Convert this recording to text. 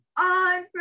on